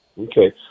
Okay